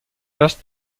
hearst